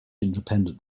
independent